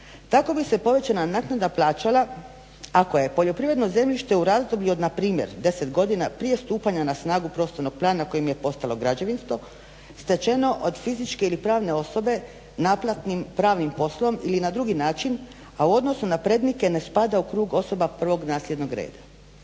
Tako bi se povećana naknada plaćala ako je poljoprivredno zemljište u razdoblju od npr. 10 godina prije stupanja na snagu prostornog plana kojim je postalo građevinsko, stečeno od fizičke ili pravne osobe naplatnim pravnim poslom ili na drugi način, a u odnosu na prednike ne spada u krug osoba prvog nasljednog reda.